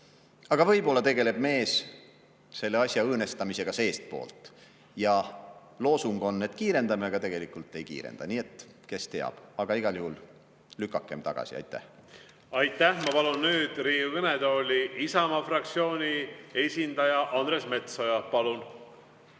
Aga võib-olla tegeleb mees selle asja õõnestamisega seestpoolt – loosung on, et kiirendame, aga tegelikult ei kiirenda? Kes teab? Aga igal juhul lükakem see eelnõu tagasi. Aitäh! Aitäh! Ma palun nüüd Riigikogu kõnetooli Isamaa fraktsiooni esindaja Andres Metsoja. Palun!